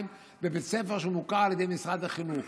בבית ספר שהוא מוכר על ידי משרד החינוך.